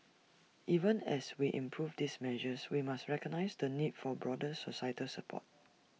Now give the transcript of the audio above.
even as we improve these measures we must recognise the need for broader societal support